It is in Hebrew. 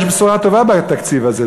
יש בשורה טובה בתקציב הזה.